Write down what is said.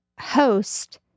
host